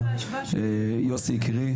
יוסי יקירי,